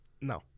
No